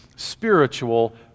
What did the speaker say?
Spiritual